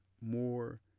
more